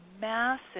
massive